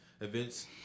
events